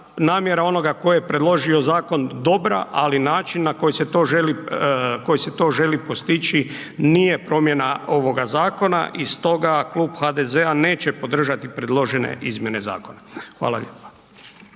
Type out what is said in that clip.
namjera onoga tko je predložio zakon dobra, ali način na koji se to želi postići, nije promjena ovoga zakona i stoga Klub HDZ-a neće podržati predložene izmjene zakona. Hvala lijepa.